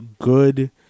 good